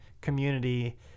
community